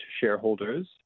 shareholders